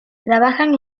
trabajan